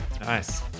nice